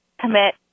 commit